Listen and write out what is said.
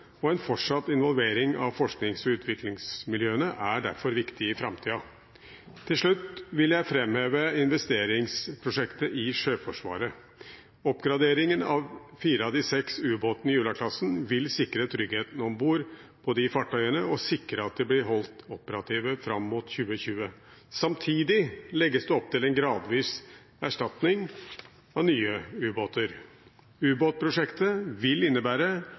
og en fortsatt involvering av forsknings- og utviklingsmiljøene er derfor viktig i framtiden. Til slutt vil jeg framheve investeringsprosjektet i Sjøforsvaret. Oppgraderingen av fire av de seks ubåtene i Ula-klassen vil sikre tryggheten om bord på disse fartøyene og sikre at de blir holdt operative fram mot 2020. Samtidig legges det opp til en gradvis erstatning med nye ubåter. Ubåtprosjektet vil innebære